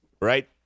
right